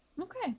okay